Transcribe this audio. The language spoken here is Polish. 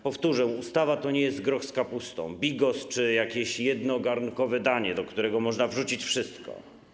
Powtórzę, ustawa to nie jest groch z kapustą, bigos czy jakieś jednogarnkowe danie, do którego można wrzucić wszystko.